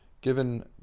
given